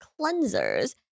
cleansers